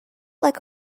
like